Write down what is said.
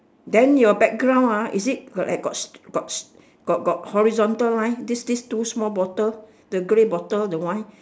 then your background ah is it got like got got got got horizontal line this this two small bottle the gray bottle the wine